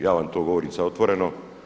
Ja vam to govorim sad otvoreno.